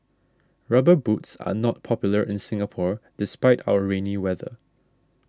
rubber boots are not popular in Singapore despite our rainy weather